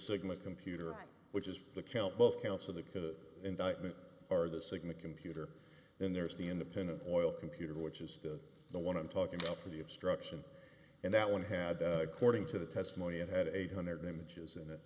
sigma computer which is the count both counts of the indictment are the sigma computer then there's the independent oil computer which is the one i'm talking about for the obstruction and that one had according to the testimony it had eight hundred dollars images in it